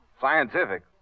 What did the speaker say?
Scientific